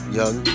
young